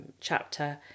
chapter